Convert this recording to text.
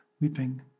weeping